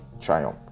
triumph